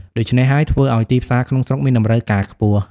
ដូច្នេះហើយ ធ្វើអោយទីផ្សារក្នុងស្រុកមានតម្រូវការខ្ពស់។